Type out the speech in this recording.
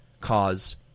cause